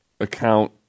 account